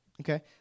okay